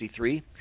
1963